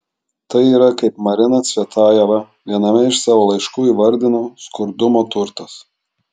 tai yra kaip marina cvetajeva viename iš savo laiškų įvardino skurdumo turtas